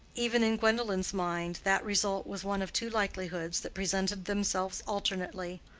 even in gwendolen's mind that result was one of two likelihoods that presented themselves alternately,